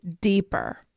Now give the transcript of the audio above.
deeper